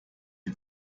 die